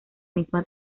misma